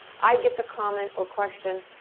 i get the comment or question,